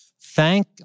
thank